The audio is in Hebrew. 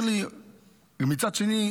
מצד שני,